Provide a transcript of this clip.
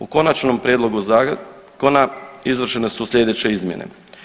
U konačnom prijedlogu zakona izvršene su slijedeće izmjene.